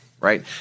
right